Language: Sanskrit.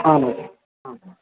आम् आम्